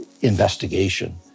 investigation